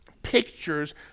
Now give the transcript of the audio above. pictures